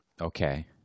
Okay